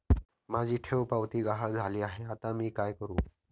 माझी ठेवपावती गहाळ झाली आहे, आता मी काय करु?